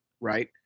right